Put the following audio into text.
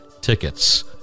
Tickets